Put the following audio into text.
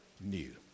New